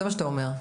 זה מה שאתה אומר.